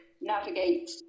navigate